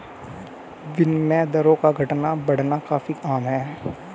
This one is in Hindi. विनिमय दरों का घटना बढ़ना काफी आम है